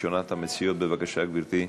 ראשונת המציעות, בבקשה, גברתי.